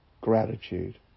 gratitude